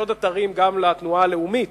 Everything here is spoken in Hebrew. יש עוד אתרים גם לתנועה הלאומית,